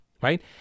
right